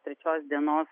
trečios dienos